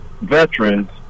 veterans